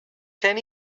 ten